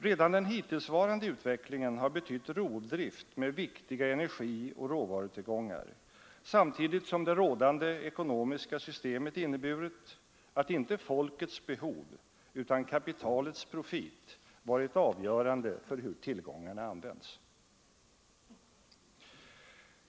Redan den hittillsvarande utvecklingen har betytt rovdrift med viktiga energioch råvarutillgångar, samtidigt som det rådande ekonomiska systemet inneburit att inte folkets behov utan kapitalets profit varit avgörande för hur tillgångarna använts.